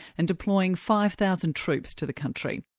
and deploying five thousand troops to the country.